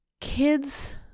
Kids